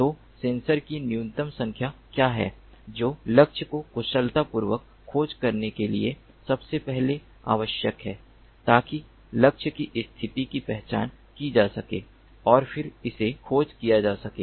तो सेंसर की न्यूनतम संख्या क्या है जो लक्ष्य को कुशलतापूर्वक खोज करने के लिए सबसे पहले आवश्यक है ताकि लक्ष्य की स्थिति की पहचान की जा सके और फिर उसे खोज किया जा सके